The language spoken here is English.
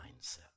mindset